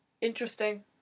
Interesting